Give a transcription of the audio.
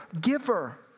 giver